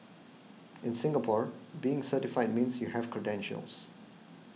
in Singapore being certified means you have credentials